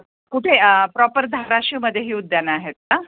कुठे प्रॉपर धाराशिवमध्ये ही उद्यानं आहेत का